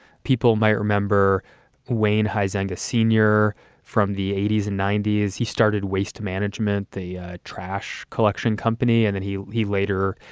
people might remember wayne, hisand a senior from the eighty s and ninety s, he started waste management, the trash collection company. and then he he later,